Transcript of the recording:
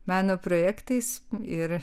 meno projektais ir